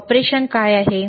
operation आहे का